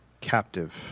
captive